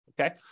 okay